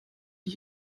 die